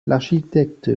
l’architecte